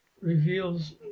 reveals